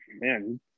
man